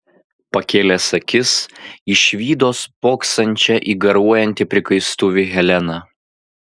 pakėlęs akis išvydo spoksančią į garuojantį prikaistuvį heleną